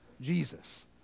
Jesus